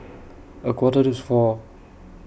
A Quarter to four